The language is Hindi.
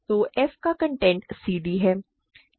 तो f का कॉन्टेंट cd है